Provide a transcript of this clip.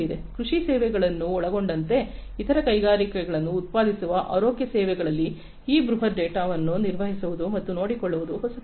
ಕೃಷಿ ಸೇವೆಗಳನ್ನು ಒಳಗೊಂಡಂತೆ ಇತರ ಕೈಗಾರಿಕೆಗಳನ್ನು ಉತ್ಪಾದಿಸುವ ಆರೋಗ್ಯ ಸೇವೆಗಳಲ್ಲಿ ಈ ಬೃಹತ್ ಡೇಟಾವನ್ನು ನಿರ್ವಹಿಸುವುದು ಮತ್ತು ನೋಡಿಕೊಳ್ಳುವುದು ಹೊಸತಲ್ಲ